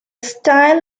style